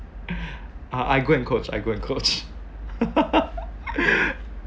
uh I go and coach I go and coach